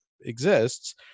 exists